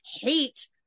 hate